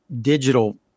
digital